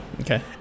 Okay